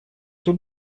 тут